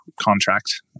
contract